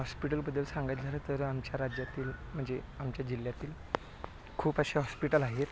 हॉस्पिटलबद्दल सांगायचं झालं तर आमच्या राज्यातील म्हणजे आमच्या जिल्ह्यातील खूप असे हॉस्पिटल आहेत